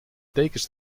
tekens